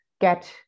get